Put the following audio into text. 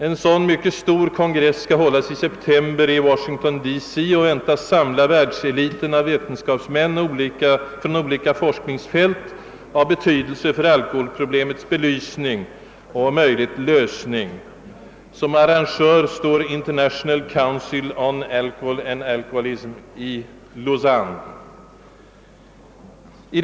En ny och mycket stor sådan kongress skall hållas i september i Washington D.C. Den väntas samla världseliten av vetenskapsmän från olika forskningsfält av betydelse för alkoholproblemets belysning och möjligheterna till dess lösning. Som arrangör står International Council on Alcohol and Alcoholism i Lausanne.